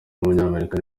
w’umunyamerika